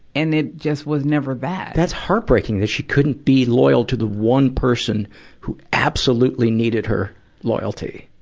and it just was never that. that's heartbreaking, that she couldn't be loyal to the one person who absolutely needed her loyalty.